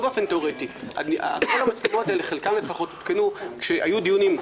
המצלמות האלה הותקנו כשהיו דיונים,